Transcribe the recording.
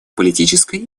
политической